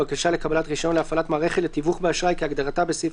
בקשה לקבלת רשיון להפעלת מערכת לתיווך באשראי כהגדרתה בסעיף